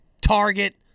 Target